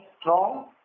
strong